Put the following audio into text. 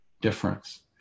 difference